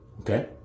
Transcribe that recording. Okay